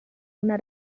una